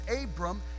Abram